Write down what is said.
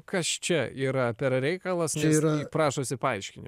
kas čia yra per reikalas tai yra prašosi paaiškini